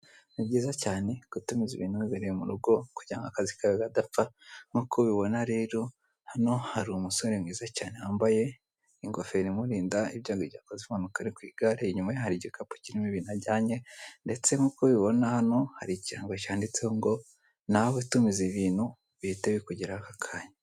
Ni byiza cyane gutumiza ibintu wibereye mu rugo kugira ngo akazi kawe kadapfa, nkuko ubibona rero hano hari umusore mwiza cyane wambaye ingofero imurinda ibyago igihe yakoze impanuka ari ku igare, inyuma ye hari igikapu kirimo ibintu ajyanye, ndetse nkuko ubibona hano hari ikirango cyanditseho ngo nawe tumiza ibintu bihite bikugeraho aka kanya.